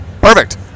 Perfect